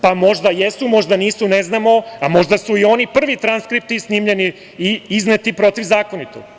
Pa, možda jesu, možda nisu, ne znamo, a možda su i oni prvi transkripti snimljeni i izneti protivzakonito.